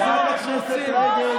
חברת הכנסת רגב,